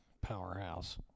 powerhouse